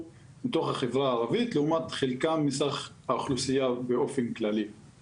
מתוך החברה הערבית לעומת חלקם מסך האוכלוסייה במחוז.